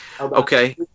Okay